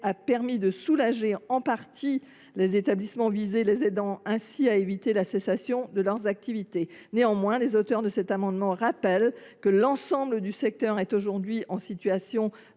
a permis de soulager en partie les établissements visés, qui ont pu ainsi éviter la cessation de leurs activités. Néanmoins, les auteurs de cet amendement rappellent que l’ensemble du secteur est aujourd’hui en situation